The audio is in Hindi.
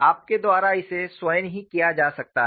आपके द्वारा इसे स्वयं ही किया जा सकता है